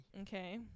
Okay